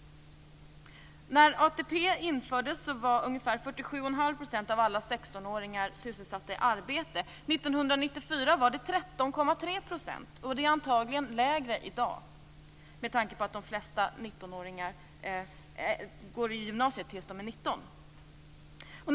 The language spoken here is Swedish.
När ATP infördes var ungefär 47 1⁄2 % av alla 13,3 %, och det är antagligen ännu färre i dag med tanke på att de flesta går i gymnasiet tills de är 19 år.